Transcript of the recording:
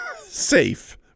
Safe